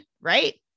right